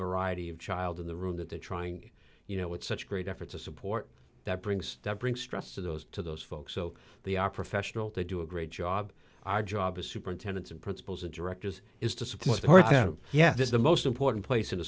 variety of child in the room that they're trying you know with such great efforts of support that brings that brings stress to those to those folks so they are professional to do a great job our job as superintendents and principals of directors is to support yes is the most important place